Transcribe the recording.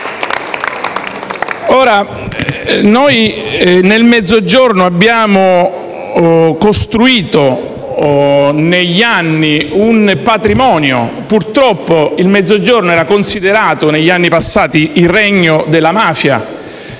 PD).* Nel Mezzogiorno abbiamo costruito negli anni un patrimonio. Purtroppo, il Mezzogiorno era considerato negli anni passati il regno della mafia,